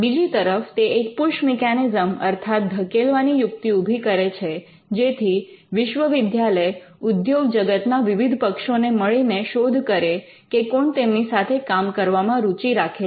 બીજી તરફ તે એક પૂશ મિકેનિઝમ અર્થાત ધકેલવાની યુક્તિ ઉભી કરે છે જેથી વિશ્વવિદ્યાલય ઉદ્યોગ જગતના વિવિધ પક્ષો ને મળીને શોધ કરે કે કોણ તેમની સાથે કામ કરવામાં રુચિ રાખે છે